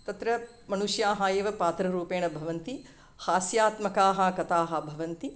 तत्र मनुष्याः एव पात्ररूपेण भवन्ति हास्यात्मकाः कथाः भवन्ति